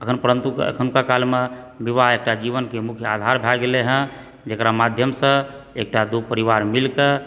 अखन परन्तु एखनका कालमे विवाह एकटा जीवनकेँ मुख्य आधार भए गेलै हँ जेकरा माध्यमसँ एकटा दो परिवार मिलकऽ